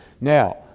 Now